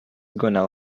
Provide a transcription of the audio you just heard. gonna